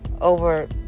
over